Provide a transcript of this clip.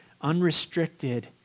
unrestricted